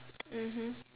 mmhmm